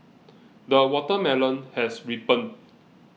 the watermelon has ripened